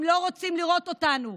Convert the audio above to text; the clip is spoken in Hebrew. הם לא רוצים לראות אותנו.